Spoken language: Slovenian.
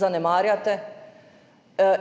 zanemarjate,